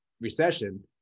recession